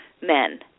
men